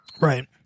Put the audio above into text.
Right